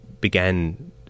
began